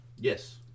Yes